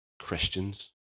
Christians